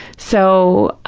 so,